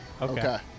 Okay